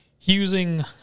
using